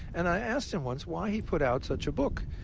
and i asked him once why he put out such a book.